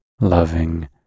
loving